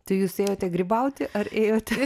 tai jūs ėjote grybauti ar ėjote